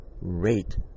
rate